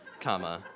comma